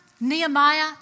Nehemiah